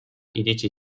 iritsi